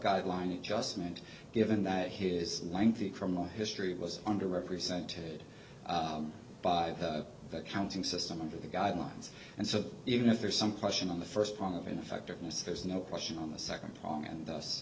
guideline adjustment given that his lengthy criminal history was under represented by the counting system under the guidelines and so even if there's some question on the first part of ineffectiveness there's no question on the second prong and